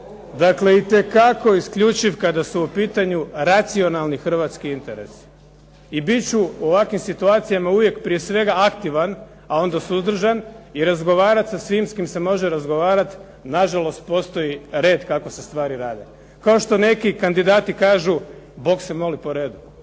Dakle, itekako isključiv kada su u pitanju racionalni hrvatski interesi. I bit ću u ovakvim situacijama uvijek prije svega aktivan, a onda suzdržan i razgovarati sa svima s kim se može razgovarati. Nažalost, postoji red kako se stvari rade. Kao što neki kandidati kažu, Bog se moli po redu.